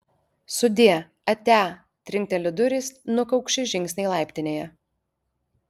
sudie atia trinkteli durys nukaukši žingsniai laiptinėje